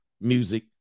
music